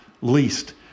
least